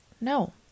No